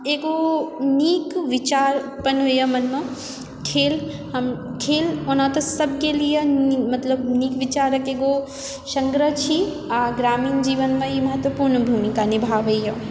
आ एगो नीक विचार उत्पन्न होइए मनमे खेल हम खेल ओना तऽ सभके लिए मतलब नीक विचारक एगो सङ्ग्रह छी आ ग्रामीण जीवनमे ई महत्वपुर्ण भुमिका निभाबैय